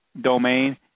domain